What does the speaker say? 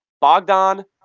Bogdan